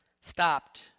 stopped